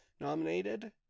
nominated